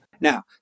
Now